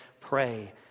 pray